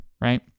right